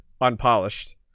unpolished